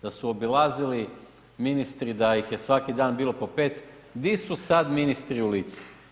Da su obilazili ministri, da ih je svaki dan bilo po 5. Di su sad ministri u Lici?